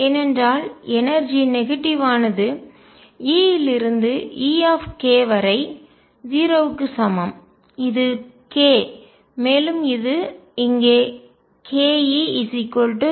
ஏனென்றால் எனர்ஜிஆற்றல் நெகடிவ்யானது எதிர்மறை E இலிருந்து E வரை 0 க்கு சமம் இது k மேலும் இது இங்கே k E 0